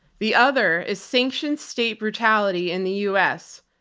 the other is sanctioned state brutality in the u. s.